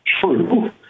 True